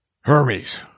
Hermes